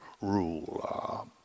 rule